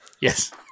Yes